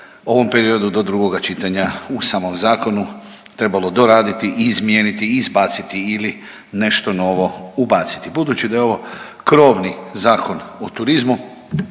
ovom periodu do drugoga čitanja u samom zakonu trebalo doraditi i izmijeniti i izbaciti ili nešto novo ubaciti. Budući da je ovo krovni zakon u turizmu